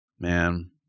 Man